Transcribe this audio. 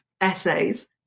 essays